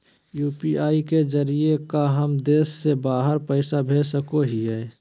UPI के जरिए का हम देश से बाहर पैसा भेज सको हियय?